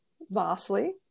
vastly